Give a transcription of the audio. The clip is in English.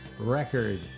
record